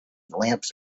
lamps